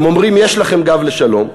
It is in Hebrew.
הם אומרים: יש לכם גב לשלום,